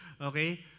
Okay